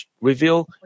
reveal